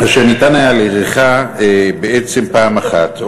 אשר ניתן היה להאריכה בעצם פעם אחת בלבד.